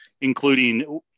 including